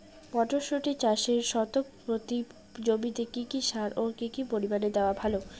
মটরশুটি চাষে শতক প্রতি জমিতে কী কী সার ও কী পরিমাণে দেওয়া ভালো?